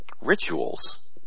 rituals